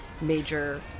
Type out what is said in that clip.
major